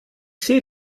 sehe